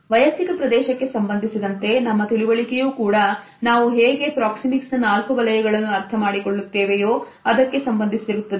ವೈಯಕ್ತಿಕ ಪ್ರದೇಶಕ್ಕೆ ಸಂಬಂಧಿಸಿದಂತೆ ನಮ್ಮ ತಿಳುವಳಿಕೆಯೂ ಕೂಡ ನಾವು ಹೇಗೆ ಪ್ರಾಕ್ಸಿಮಿಕ್ಸ್ ನ ನಾಲ್ಕು ವಲಯಗಳನ್ನು ಅರ್ಥಮಾಡಿಕೊಳ್ಳುತ್ತೇವೆಯೋ ಅದಕ್ಕೆ ಸಂಬಂಧಿಸಿರುತ್ತದೆ